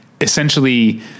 essentially